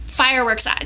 fireworks